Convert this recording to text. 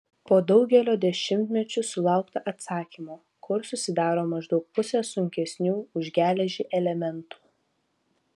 po daugelio dešimtmečių sulaukta atsakymo kur susidaro maždaug pusė sunkesnių už geležį elementų